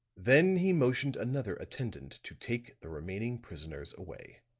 then he motioned another attendant to take the remaining prisoners away.